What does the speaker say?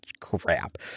crap